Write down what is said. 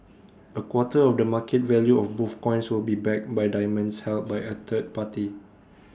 A quarter of the market value of both coins will be backed by diamonds held by A third party